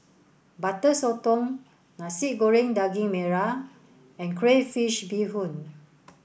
Butter Sotong Nasi Goreng Daging Merah and Crayfish Beehoon